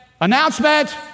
Announcement